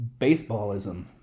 baseballism